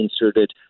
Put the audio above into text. inserted